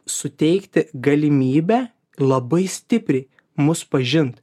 suteikti galimybę labai stipriai mus pažint